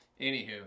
anywho